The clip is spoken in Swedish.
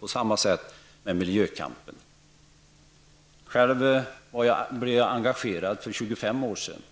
På samma sätt är det med miljökampen. Själv blev jag engagerad för 25 år sedan